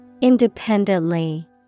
Independently